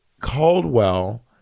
Caldwell